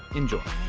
enjoy.